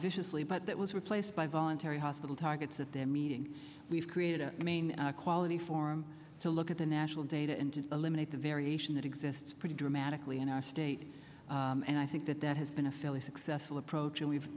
viciously but that was replaced by voluntary hospital targets at their meeting we've created a main quality form to look at the national data and to eliminate the variation that exists pretty dramatically in our state and i think that that has been a fairly successful approach and we've